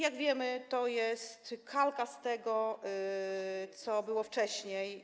Jak wiemy, to jest kalka z tego, co było wcześniej.